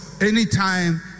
anytime